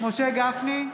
משה גפני,